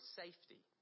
safety